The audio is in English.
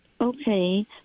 okay